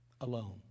alone